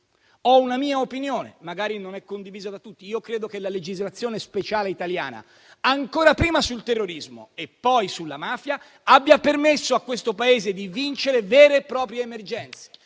Ho una mia opinione, che magari non è condivisa da tutti. Credo che la legislazione speciale italiana - ancora prima sul terrorismo e poi sulla mafia - abbia permesso a questo Paese di vincere vere e proprie emergenze.